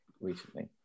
recently